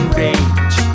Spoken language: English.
range